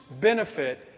benefit